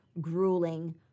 grueling